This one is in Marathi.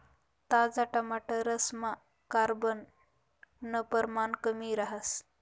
ताजा टमाटरसमा कार्ब नं परमाण कमी रहास